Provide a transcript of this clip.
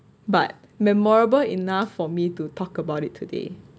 but memorable enough for me to talk about it today